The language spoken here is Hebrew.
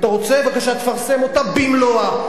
אתה רוצה, בבקשה, תפרסם אותה במלואה.